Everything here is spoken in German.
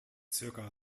zirka